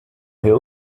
hill